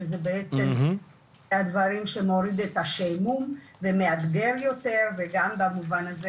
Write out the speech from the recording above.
שזה בעצם אחד הדברים שמורידים את השעמום ומאתגר יותר וגם במובן הזה,